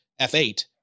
F8